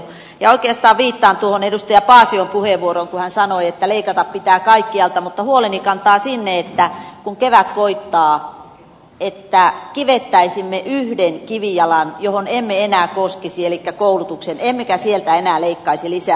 oikeastaan viittaan tuohon edustaja paasion puheenvuoroon kun hän sanoi että leikata pitää kaikkialta mutta huoleni kantaa sinne kun kevät koittaa että kivettäisimme yhden kivijalan johon emme enää koskisi elikkä koulutuksen emmekä sieltä enää leikkaisi lisää